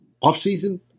Off-season